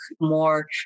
more